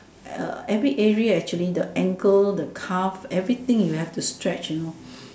uh every area actually the ankle the calf everything you have to stretch you know